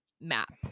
map